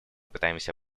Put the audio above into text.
пытаемся